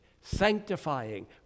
sanctifying